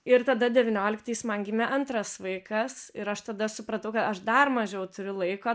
ir tada devynioliktais man gimė antras vaikas ir aš tada supratau kad aš dar mažiau turiu laiko